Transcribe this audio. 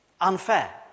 unfair